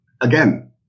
again